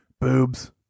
boobs